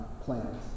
plans